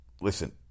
listen